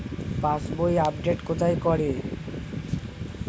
পাসবই update কোথায় করে?